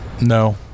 No